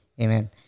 Amen